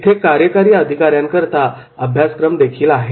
इथे कार्यकारी अधिकार्ऱ्यांकरिता अभ्यासक्रमदेखील आहेत